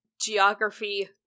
geography